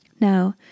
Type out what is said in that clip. Now